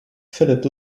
philip